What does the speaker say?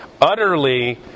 utterly